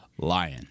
Lion